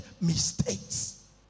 mistakes